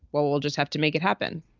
we'll we'll just have to make it happen